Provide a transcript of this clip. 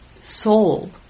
soul